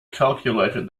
calculated